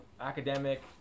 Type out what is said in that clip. academic